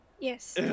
Yes